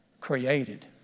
created